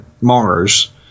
Mars